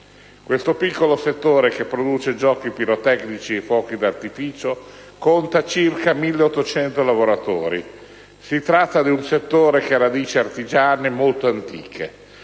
Questo piccolo settore che produce giochi pirotecnici e fuochi d'artificio conta circa 1.800 lavoratori. Si tratta di un settore che ha radici artigiane molto antiche